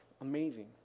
amazing